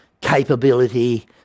capability